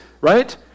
right